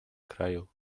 kraju